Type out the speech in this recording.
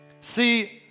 See